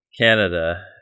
Canada